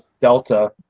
Delta